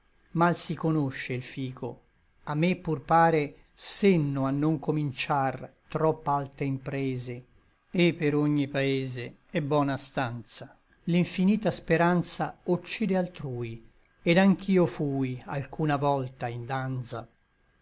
si conosce il fico a me pur pare senno a non cominciar tropp'alte imprese et per ogni paese è bona stanza l'infinita speranza occide altrui et anch'io fui alcuna volta in danza